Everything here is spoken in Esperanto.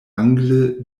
angle